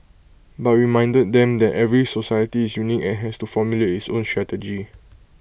but we reminded them that every society is unique and has to formulate its own strategy